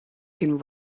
can